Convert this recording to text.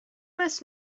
must